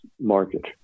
market